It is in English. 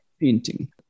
painting